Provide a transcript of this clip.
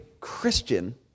Christian